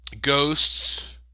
ghosts